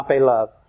love